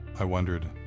i wondered,